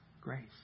grace